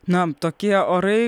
na tokie orai